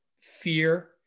Fear